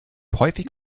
häufig